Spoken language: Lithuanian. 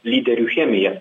lyderių chemija